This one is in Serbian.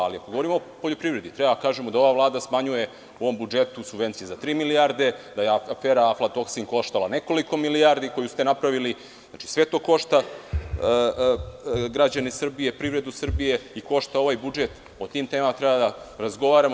Ali, ako govorimo o poljoprivredi treba da kažemo da je ova vlada smanjuje u ovom budžetu subvencije za tri milijarde, da je afera aflatoksin koštala nekoliko milijardi, koju ste napravili, sve to košta, građane Srbije, privredu Srbije i košta ovaj budžet, o tim temama treba da razgovaramo.